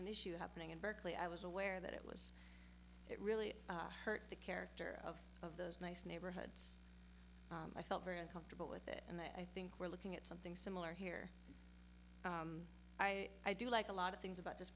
an issue happening in berkeley i was aware that it was it really hurt the character of those nice neighborhoods i felt very uncomfortable with it and that i think we're looking at something similar here i do like a lot of things about this